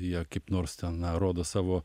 jie kaip nors ten na rodo savo